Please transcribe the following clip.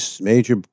major